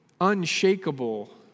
unshakable